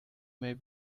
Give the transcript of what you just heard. may